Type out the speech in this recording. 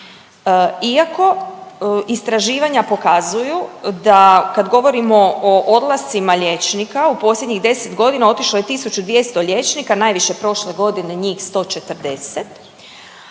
Iako istraživanja pokazuju da kad govorimo o odlascima liječnika u posljednjih 10 godina otišlo je 1.200 liječnika najviše prošle godine njih 140,